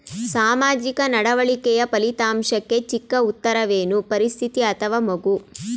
ಸಾಮಾಜಿಕ ನಡವಳಿಕೆಯ ಫಲಿತಾಂಶಕ್ಕೆ ಚಿಕ್ಕ ಉತ್ತರವೇನು? ಪರಿಸ್ಥಿತಿ ಅಥವಾ ಮಗು?